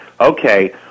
okay